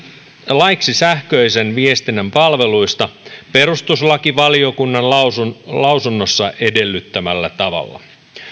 laiksi sähköisen viestinnän palveluista perustuslakivaliokunnan lausunnossa lausunnossa edellyttämällä tavalla